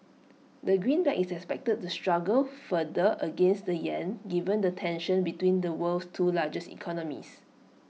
the greenback is expected to struggle further against the Yen given the tension between the world's two largest economies